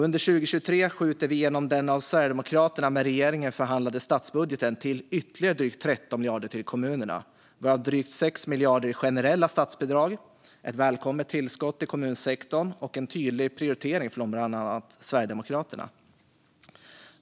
Under 2023 skjuter vi med hjälp av den av Sverigedemokraterna med regeringen förhandlade statsbudgeten till ytterligare drygt 13 miljarder till kommunerna, varav drygt 6 miljarder i generella statsbidrag. Det är ett välkommet tillskott till kommunsektorn och en tydlig prioritering från bland annat Sverigedemokraterna.